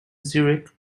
zurich